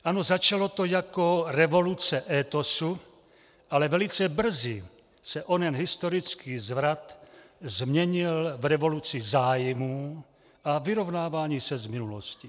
Ano, začalo to jako revoluce étosu, ale velice brzy se onen historický zvrat změnil v revoluci zájmů a vyrovnávání se s minulostí.